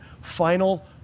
final